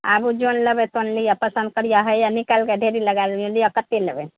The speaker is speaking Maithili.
आबू जउन लेबय तउन लिअ पसन्द करियऽ हइए निकालि कऽ ढेरी लगाय देलियै लिअ कते लेबय